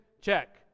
Check